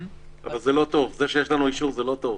זה שיש לנו אישור, זה לא טוב.